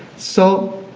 so,